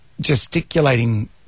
gesticulating